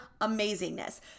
amazingness